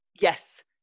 Yes